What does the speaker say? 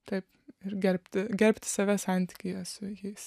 taip ir gerbti gerbti save santykyje su jais